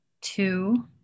Two